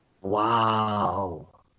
Wow